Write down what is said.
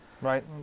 Right